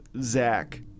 Zach